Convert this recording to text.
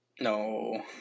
No